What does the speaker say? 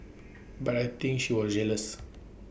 but I think she was jealous